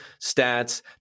stats